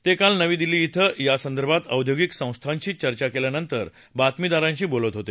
ते काल नवी दिल्ली इथं यासंदर्भात औद्योगिक संस्थांशी चर्चा केल्यानंतर बातमीदारांशी बोलत होते